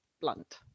blunt